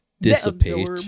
dissipate